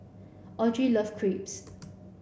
Audry love Crepes